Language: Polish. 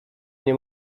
nie